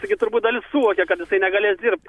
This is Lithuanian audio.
taigi turbūt dalis suvokė kad jisai negalės dirbt